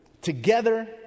Together